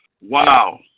Wow